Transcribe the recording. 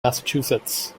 massachusetts